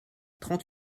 trente